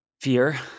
fear